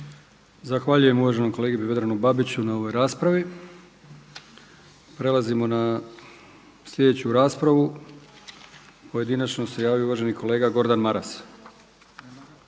Zahvaljujem uvaženom kolegi Vedranu Babiću na ovoj raspravi. Prelazimo na sljedeću raspravu. Pojedinačno se javio uvaženi kolega Gordan Maras.